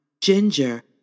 Ginger